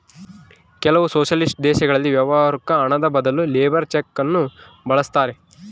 ಕೆಲವು ಸೊಷಲಿಸ್ಟಿಕ್ ದೇಶಗಳಲ್ಲಿ ವ್ಯವಹಾರುಕ್ಕ ಹಣದ ಬದಲು ಲೇಬರ್ ಚೆಕ್ ನ್ನು ಬಳಸ್ತಾರೆ